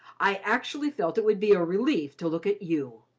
i actually felt it would be a relief to look at you.